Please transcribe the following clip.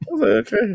okay